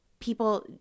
people